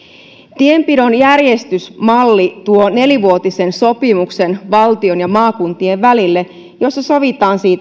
tienpidon järjestysmalli tuo nelivuotisen sopimuksen valtion ja maakuntien välille siinä sovitaan